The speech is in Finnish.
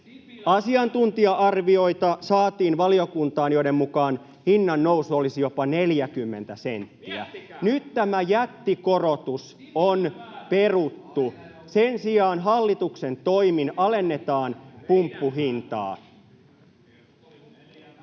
asiantuntija-arvioita, joiden mukaan hinnan nousu olisi jopa 40 senttiä. [Eduskunnasta: Miettikää!] Nyt tämä jättikorotus on peruttu. Sen sijaan hallituksen toimin alennetaan pumppuhintaa.